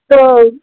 تو